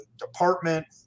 department